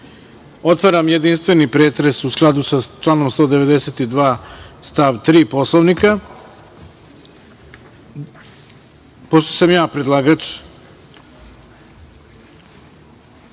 žele. Otvaram jedinstveni pretres u skladu sa članom 192. stav 3. Poslovnika. Pošto sam ja predlagač,